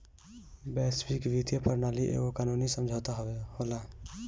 वैश्विक वित्तीय प्रणाली एगो कानूनी समुझौता होला